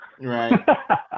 Right